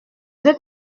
veux